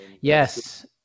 Yes